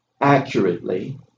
accurately